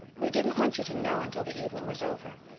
we didn't want you to know and till the evening was over.